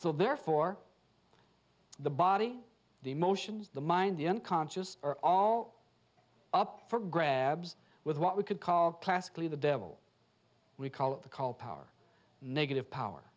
so therefore the body the emotion the mind the unconscious are all up for grabs with what we could call classically the devil we call it the call power negative power